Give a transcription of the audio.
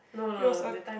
it was a